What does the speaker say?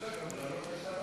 להעלות גם את הרף,